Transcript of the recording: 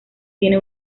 tiene